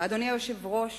אדוני היושב-ראש,